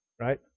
Right